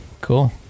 cool